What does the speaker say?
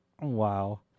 Wow